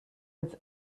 its